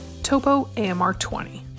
TopoAMR20